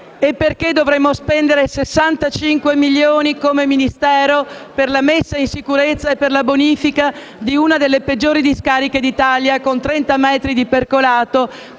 perché dovremmo spendere 65 milioni di euro, come Ministero, per la messa in sicurezza e la bonifica di una delle peggiori discariche d'Italia, con 30 metri di percolato,